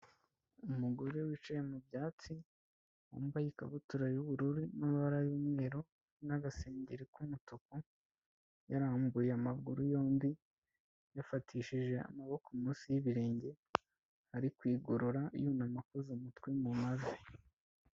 Umugore wicaye mu byatsi, wambaye ikabutura y'ubururu n'amabara y'umweru n'agasengeri k'umutuku, yarambuye amaguru yombi, yafatishije amaboko munsi y'ibirenge, ari kwigorora, yunama, akoza umutwe mu mavi.